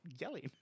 yelling